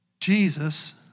Jesus